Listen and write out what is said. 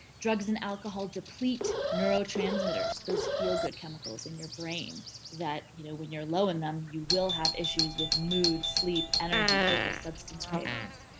drugs and alcohol deplete neurotransmitters those feel good chemicals in your brain that you know when you're low in them, you will have issues with mood sleep, energy, focus, substance cravings.